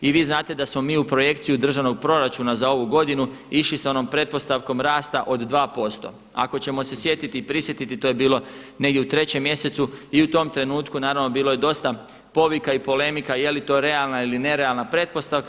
I vi znate da smo mi u projekciju Državnog proračuna za ovu godinu išli sa onom pretpostavkom rasta od 2% Ako ćemo se sjetiti i prisjetiti to je bilo negdje u 3. mjesecu i u tom trenutku naravno bilo je dosta povika i polemika je li to realna ili nerealna pretpostavka.